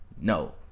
No